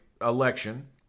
election